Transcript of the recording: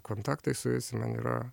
kontaktai su jais man yra